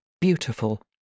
beautiful